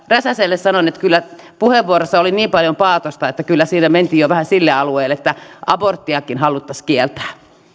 räsäselle sanon että puheenvuorossa oli niin paljon paatosta että kyllä siinä mentiin jo vähän sille alueelle että aborttikin haluttaisiin kieltää